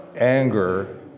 Anger